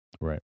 Right